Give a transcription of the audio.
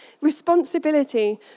responsibility